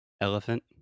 elephant